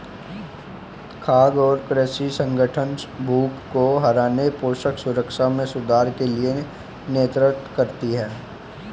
खाद्य और कृषि संगठन भूख को हराने पोषण सुरक्षा में सुधार के लिए नेतृत्व करती है